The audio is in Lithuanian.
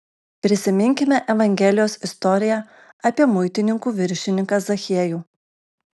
prisiminkime evangelijos istoriją apie muitininkų viršininką zachiejų